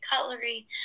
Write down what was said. cutlery